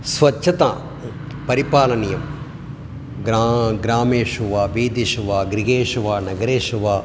स्वच्छतापरिपालनीयं ग्रा ग्रामेषु वा वीथीषु वा गृहेषु वा नगरेषु वा